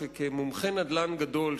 כמומחה נדל"ן גדול,